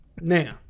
Now